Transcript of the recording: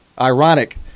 ironic